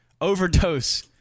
overdose